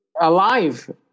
alive